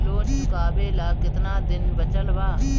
Loan चुकावे ला कितना दिन बचल बा?